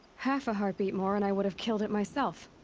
half a heartbeat more and i would have killed it myself.